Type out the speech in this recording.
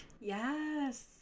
Yes